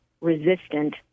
resistant